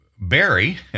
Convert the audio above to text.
Barry